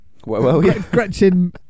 Gretchen